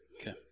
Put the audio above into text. Okay